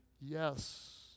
Yes